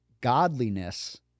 Godliness